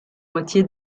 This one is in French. moitié